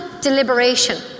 deliberation